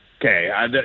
Okay